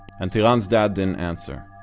and tiran's dad didn't answer.